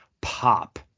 pop